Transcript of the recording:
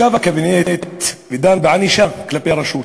ישב הקבינט ודן בענישה כלפי הרשות.